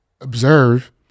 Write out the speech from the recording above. observe